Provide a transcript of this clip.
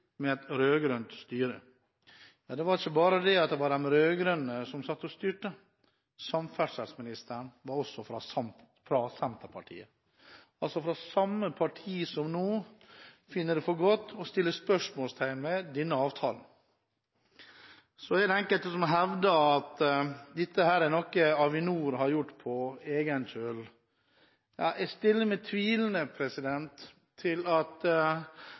med et rød-grønt styre. Ja, ikke bare var det de rød-grønne som satt og styrte, samferdselsministeren var også fra Senterpartiet, altså fra samme parti som nå finner det for godt å sette spørsmålstegn ved denne avtalen. Så er det enkelte som har hevdet at dette er noe Avinor har gjort på egen kjøl. Jeg stiller meg tvilende til at